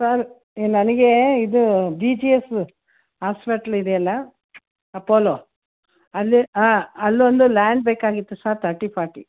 sir ನನಗೆ ಇದು B G S hospital ಇದೆಯಲ್ಲ ಅಪೊಲೊ ಅಲ್ಲಿ ಅಲ್ಲೊಂದು ಲ್ಯಾಂಡ್ ಬೇಕಾಗಿತ್ತು ಸರ್ ತರ್ಟಿ ಫಾರ್ಟಿ